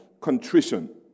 contrition